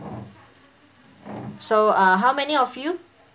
so uh how many of you